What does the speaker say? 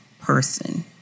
person